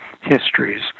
histories